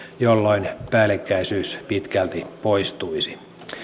jolloin päällekkäisyys pitkälti poistuisi